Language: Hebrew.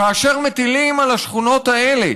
כאשר מטילים על השכונות האלה